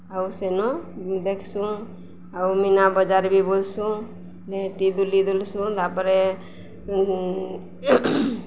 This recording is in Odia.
ଆଉ ସେନ ଦେଖ୍ସୁଁ ଆଉ ମିନାବଜାର୍ ବି ବୁଲ୍ସୁଁ ଲେହେଟି ଦୁଲି ଦୁଲ୍ସୁଁ ତା'ପରେ